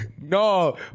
No